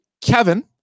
Kevin